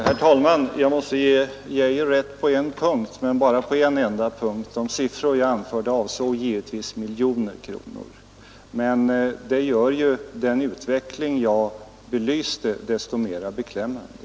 Herr talman! Jag måste ge herr Arne Geijer rätt på en punkt — men bara på en enda punkt. De siffror jag anförde avsåg givetvis miljoner kronor. Men detta gör ju den utveckling jag belyste desto mera beklämmande.